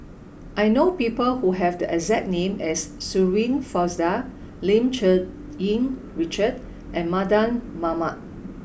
I know people who have the exact name as Shirin Fozdar Lim Cherng Yih Richard and Mardan Mamat